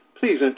Please